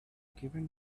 given